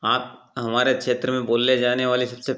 आप हमारे क्षेत्र में बोले जाने वाली सबसे